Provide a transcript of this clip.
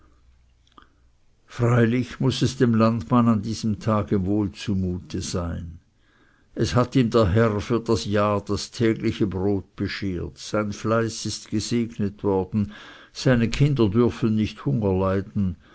freilich muß es dem landmann an diesem tage wohl zumute sein es hat ihm der herr für ein jahr das tägliche brot beschert sein fleiß ist gesegnet worden seine kinder dürfen nicht hunger leiden